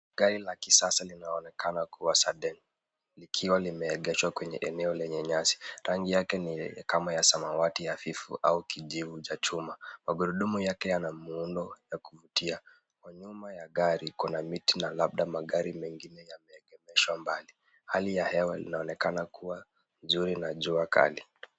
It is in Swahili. Gari la kisasa linaonekana kuwa Sedan likiwa limeegeshwa kwenye eneo lenye nyasi, rangi yake ni kama ya samawati hafifu au kijivu cha chuma. Magurudumu yake yana muundo wa kuvutia, kwa nyuma ya gari kuna miti na labda magari mengine yameegemeshwa mbali. Hali ya hewa inaonekana kuwa nzuri na jua kali.